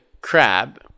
crab